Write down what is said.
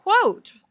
quote